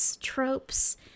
tropes